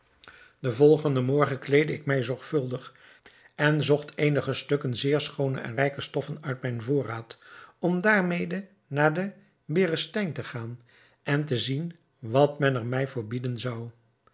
den volgenden morgen kleedde ik mij zorgvuldig en zocht eenige stukken zeer schoone en rijke stoffen uit mijn voorraad om daarmede naar den berestein te gaan en te zien wat men er mij voor bieden zou